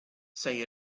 say